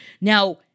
Now